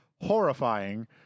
horrifying